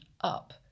up